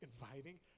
inviting